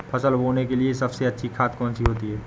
फसल बोने के लिए सबसे अच्छी खाद कौन सी होती है?